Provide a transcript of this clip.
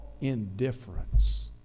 indifference